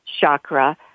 chakra